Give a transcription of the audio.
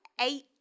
eight